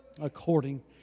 according